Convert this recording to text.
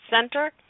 center